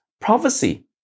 prophecy